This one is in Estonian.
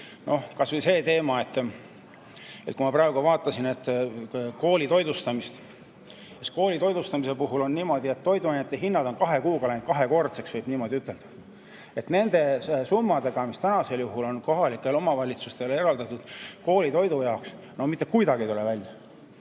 Kas või see teema – ma praegu vaatasin koolitoitlustamist –, et koolitoitlustamise puhul on niimoodi, et toiduainete hinnad on kahe kuuga läinud kahekordseks, võib niimoodi ütelda, ja nende summadega, mis on kohalikele omavalitsustele eraldatud koolitoidu jaoks, kuidagi ei tule välja.